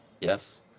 Yes